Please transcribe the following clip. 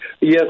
Yes